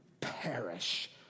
perish